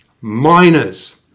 miners